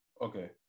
Okay